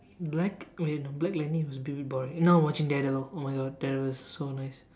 black eh no black lanny was a bit boring now I'm watching dad along oh my god that was so nice